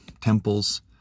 temples